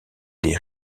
des